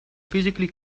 physically